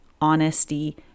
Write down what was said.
honesty